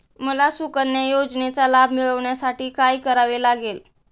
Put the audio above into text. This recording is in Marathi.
मला सुकन्या योजनेचा लाभ मिळवण्यासाठी काय करावे लागेल?